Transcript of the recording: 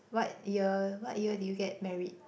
what year what year did you get married